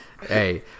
Hey